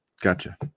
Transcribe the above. Gotcha